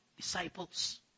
disciples